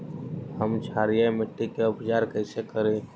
हम क्षारीय मिट्टी के उपचार कैसे करी?